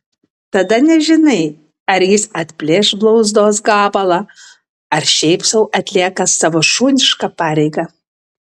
tada nežinai ar jis atplėš blauzdos gabalą ar šiaip sau atlieka savo šunišką pareigą